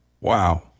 Wow